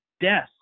death